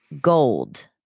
gold